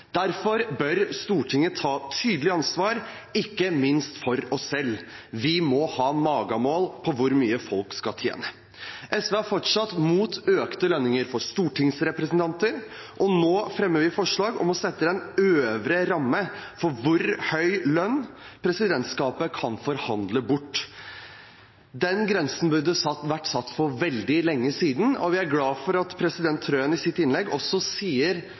Derfor bør Stortinget ta tydelig ansvar – ikke minst for oss selv. Vi må ha magemål på hvor mye folk skal tjene. SV er fortsatt mot økte lønninger for stortingsrepresentanter, og nå fremmer vi forslag om å sette en øvre ramme for hvor høy lønn presidentskapet kan forhandle bort. Den grensen burde vært satt for veldig lenge siden. Vi er glad for at stortingspresidenten, Tone Wilhelmsen Trøen, i sitt innlegg